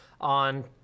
on